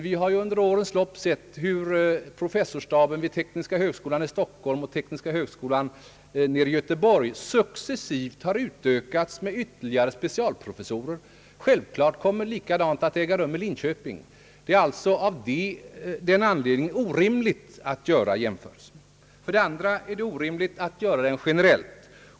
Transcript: Vi har ju under årens lopp sett hur professorsstaben vid tekniska högskolorna i Stockholm och Göteborg successivt har utökats med ytterligare specialprofessorer. Förhållandet kommer givetvis att bli detsamma i Linköping. Det är alltså av den anledningen orimligt att göra jämförelser. För det andra är det orimligt att göra jämförelsen generellt.